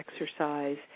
exercise